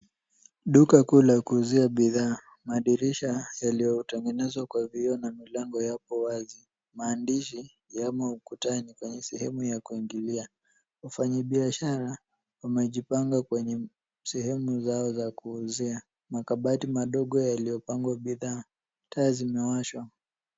Duka kuu la kuuzia bidhaa. Madirisha yaliyotengenezwa kwa vioo na milango yapo wazi. Maandishi yamo ukutani kwenye sehemu ya kuingilia. Wafanyibiashara wamejipanga kwenye sehemu zao za kuuzia. Makabati madogo yaliyopangwa bidhaa. Taa zimewashwa.